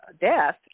death